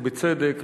ובצדק,